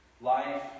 Life